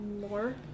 more